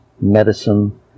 medicine